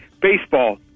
baseball